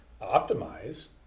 optimize